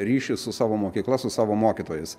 ryšį su savo mokykla su savo mokytojais